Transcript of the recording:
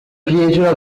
creature